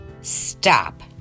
stop